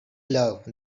love